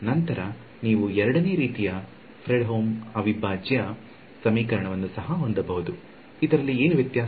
ನಂತರ ನೀವು 2 ನೇ ರೀತಿಯ ಫ್ರೆಡ್ಹೋಮ್ ಅವಿಭಾಜ್ಯ ಸಮೀಕರಣವನ್ನು ಸಹ ಹೊಂದಬಹುದು ಇದರಲ್ಲಿ ಏನು ವ್ಯತ್ಯಾಸ